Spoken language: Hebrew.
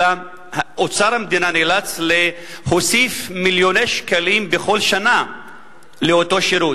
אלא אוצר המדינה נאלץ להוסיף מיליוני שקלים בכל שנה לאותו שירות.